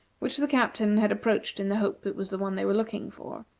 which the captain had approached in the hope it was the one they were looking for,